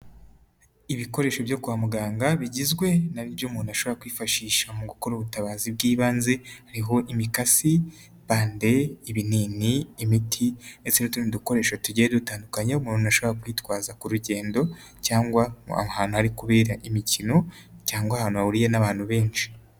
Ibikoresho byo kwa muganga bigizwe n'ibyo umuntu ashobora kwifashisha mu gukora ubutabazi bw'ibanze hariho imikasi, band, ibinini, imiti ndetse n'utundi dukoresho tugiye dutandukanye umuntu ashobora kwitwaza ku rugendo cyangwa ahantu hari kubera imikino cyangwa ahantu hahuriye n'abantu benshi.